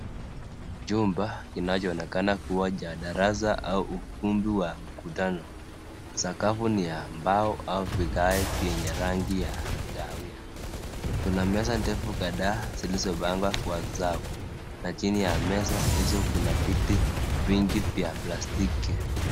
Jumba inachoonekana kuwa cha darasa au ukumbi wa mkutano. Sakafu ni ya mbao au vigae vyenye rangi ya kahawia. Kuna meza ndefu kadhaa zilizopangwa kwa zamu na chini ya meza hizo kuna viti vingi vya plastiki.